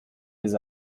les